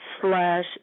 slash